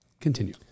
continue